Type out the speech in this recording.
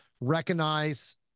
recognize